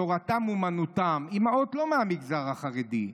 תורתן אומנותן, אימהות לא מהמגזר החרדי,